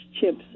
chips